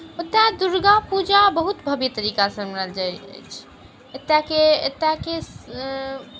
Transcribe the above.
ओतय दुर्गा पूजा बहुत भव्य तरीकासँ मनायल जाइत अछि एतयके